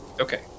okay